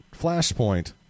Flashpoint